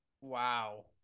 Wow